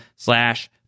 Slash